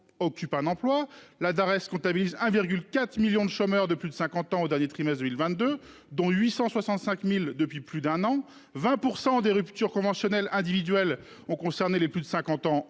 occupe un emploi la Darès comptabilise 1,4 millions de chômeurs de plus de 50 ans au dernier trimestre Will 22 dont 865.000 depuis plus d'un an 20% des ruptures conventionnelles individuelles ont concerné les plus de 50 ans